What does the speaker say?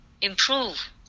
improve